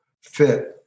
fit